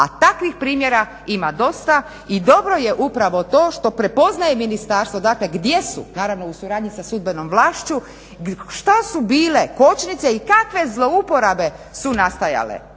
a takvih primjera ima dosta i dobro je upravo to što prepoznaje ministarstvo, dakle gdje su, naravno u suradnji sa sudbenom vlašću. Šta su bile kočnice i kakve zlouporabe su nastajale?